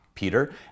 Peter